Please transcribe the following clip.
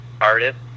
artist